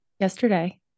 yesterday